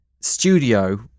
studio